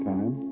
Time